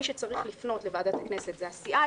מי שצריך לפנות לוועדת הכנסת זה הסיעה,